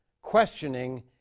questioning